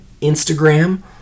Instagram